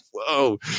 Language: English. whoa